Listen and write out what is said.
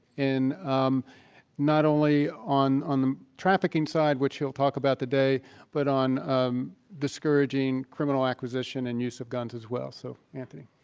not only on on trafficking side, which he'll talk about today, but on um discouraging criminal acquisition and use of guns, as well. so, anthony.